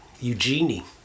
Eugenie